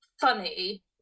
funny